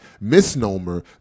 misnomer